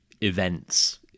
events